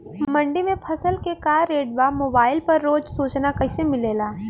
मंडी में फसल के का रेट बा मोबाइल पर रोज सूचना कैसे मिलेला?